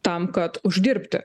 tam kad uždirbti